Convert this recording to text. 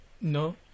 no